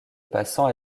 passant